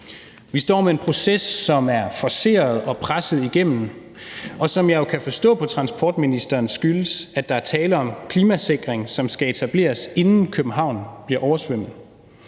Vi står med en proces, som er forceret og presset igennem, og som jeg kan forstå på transportministeren skyldes, at der er tale om klimasikring, som skal etableres, inden København bliver oversvømmet.